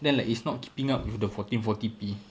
then like it's not keeping up with the fourteen forty P